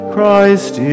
Christ